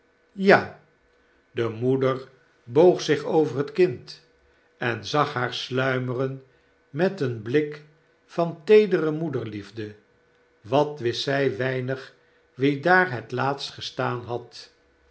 ja de moeder boog zich over het kind en zag haar sluimeren met een blik van teedere moederliefde wat wist zij weinig wie daar het laatst gestaan had